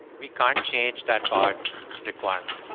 we can't change that parts requirement.